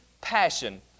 passion